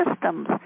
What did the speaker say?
systems